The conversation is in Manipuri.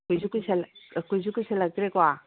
ꯀꯨꯏꯁꯨ ꯀꯨꯏꯁꯤꯜꯂꯛꯇ꯭ꯔꯦꯀꯣ